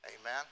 Amen